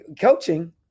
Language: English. coaching